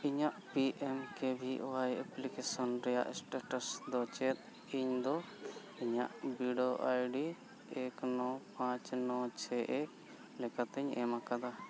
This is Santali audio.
ᱤᱧᱟᱹᱜ ᱯᱤ ᱮᱢ ᱠᱮ ᱵᱷᱤ ᱚᱣᱟᱭ ᱮᱯᱞᱤᱠᱮᱥᱚᱱ ᱨᱮᱱᱟᱜ ᱥᱴᱮᱴᱟᱥ ᱫᱚ ᱪᱮᱫ ᱤᱧᱫᱚ ᱤᱧᱟᱹᱜ ᱵᱤᱰᱟᱹᱣ ᱟᱭᱰᱤ ᱮᱠ ᱱᱚ ᱯᱟᱸᱪ ᱱᱚ ᱪᱷᱚᱭ ᱮᱠ ᱞᱮᱠᱟᱛᱤᱧ ᱮᱢ ᱟᱠᱟᱫᱟ